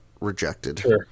rejected